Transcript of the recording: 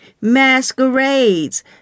masquerades